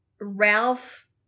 Ralph